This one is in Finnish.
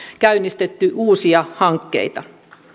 käynnistettyä uusia hankkeita